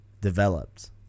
developed